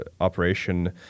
operation